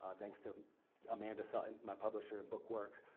um thanks to amanda sutton, my publisher in book works.